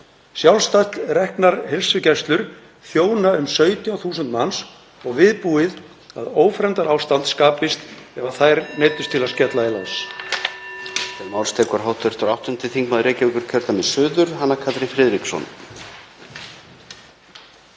Sjálfstætt reknar heilsugæslur þjóna um 70.000 manns og viðbúið að ófremdarástand skapist ef þær neyddust til að skella í lás.